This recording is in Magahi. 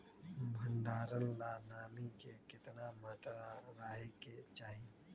भंडारण ला नामी के केतना मात्रा राहेके चाही?